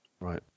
Right